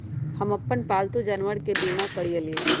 हम अप्पन पालतु जानवर के बीमा करअलिअई